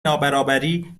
نابرابری